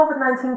COVID-19